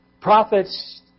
prophets